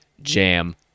jam